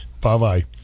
Bye-bye